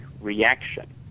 reaction